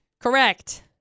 Correct